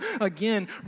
again